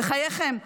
בחייכם,